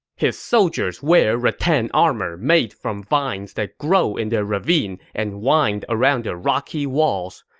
his soldiers wear rattan armor made from vines that grow in their ravine and wind around their rocky walls.